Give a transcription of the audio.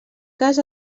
cas